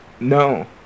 No